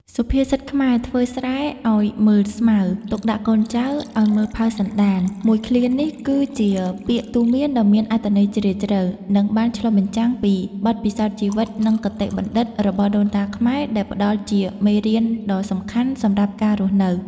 សុភាសិតខ្មែរ ធ្វើស្រែឲ្យមើលស្មៅ ទុកដាក់កូនចៅឲ្យមើលផៅសន្តាន មួយឃ្លានេះ គឺជាពាក្យទូន្មានដ៏មានអត្ថន័យជ្រាលជ្រៅ និងបានឆ្លុះបញ្ចាំងពីបទពិសោធន៍ជីវិត និងគតិបណ្ឌិតរបស់ដូនតាខ្មែរ ដែលផ្ដល់ជាមេរៀនដ៏សំខាន់សម្រាប់ការរស់នៅ។